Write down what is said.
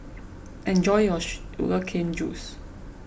enjoy your Sugar Cane Juice